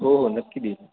हो हो नक्की देईन